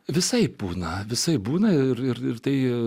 visaip būna visaip būna ir ir tai